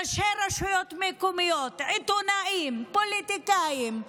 ראשי רשויות מקומיות, עיתונאים, פוליטיקאים,